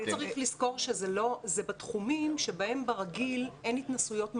צריך לזכור שזה בתחומים שבהם ברגיל אין התנסויות מעשיות,